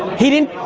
he didn't.